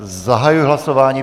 Zahajuji hlasování.